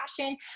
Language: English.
passion